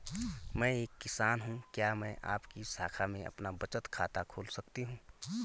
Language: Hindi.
मैं एक किसान हूँ क्या मैं आपकी शाखा में अपना बचत खाता खोल सकती हूँ?